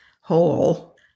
hole